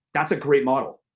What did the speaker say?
that's a great model.